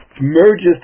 merges